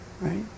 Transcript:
right